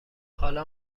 حالا